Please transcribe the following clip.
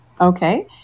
Okay